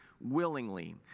willingly